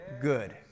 good